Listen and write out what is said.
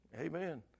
Amen